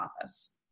Office